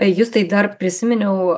justai dar prisiminiau